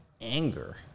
anger